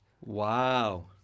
wow